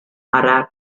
arab